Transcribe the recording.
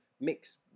mix